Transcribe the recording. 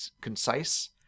concise